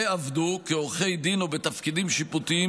ועבדו כעורכי דין או בתפקידים שיפוטיים